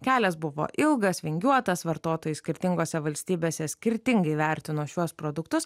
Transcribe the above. kelias buvo ilgas vingiuotas vartotojai skirtingose valstybėse skirtingai vertino šiuos produktus